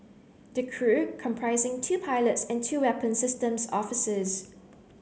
the crew comprising two pilots and two weapon systems officers